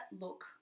look